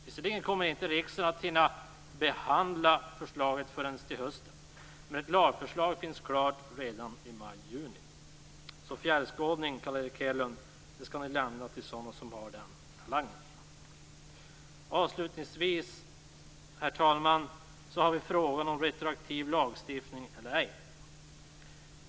Visserligen kommer inte riksdagen att hinna behandla förslaget förrän till hösten, men ett lagförslag kommer att finnas klart redan i maj-juni. Så fjärrskådning, Carl Erik Hedlund, det skall ni lämna till sådana som har den talangen. Herr talman! Avslutningsvis har vi frågan om retroaktiv lagstiftning eller ej.